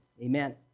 amen